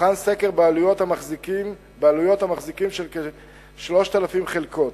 הוכן סקר בעלויות ומחזיקים של כ-3,000 חלקות,